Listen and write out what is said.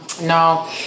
No